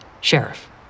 Sheriff